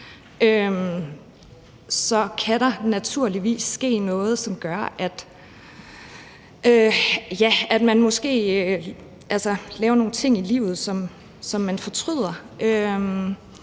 Så kan der naturligvis ske noget, som gør, at man måske laver nogle ting i livet, som man fortryder.